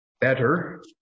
better